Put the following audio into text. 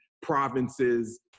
provinces